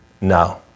No